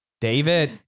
David